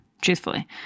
truthfully